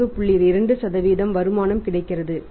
20 வருமானம் கிடைக்கிறது